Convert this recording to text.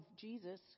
Jesus